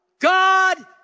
God